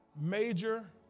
major